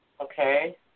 Okay